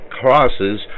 crosses